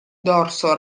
dorso